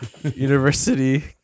University